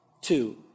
Two